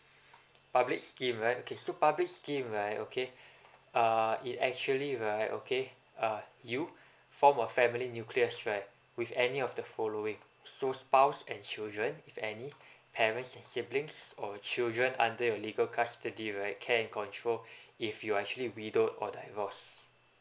public scheme right okay so public scheme right okay err it actually right okay uh you form a family nucleus right with any of the following so spouse and children if any parents and siblings or children under your legal custody right care in control if you're actually widowed or divorced